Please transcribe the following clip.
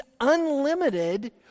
unlimited